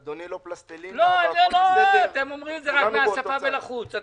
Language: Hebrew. אדוני לא פלסטלינה, והכול בסדר, כולנו באותו צד.